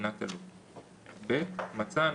בוקר טוב,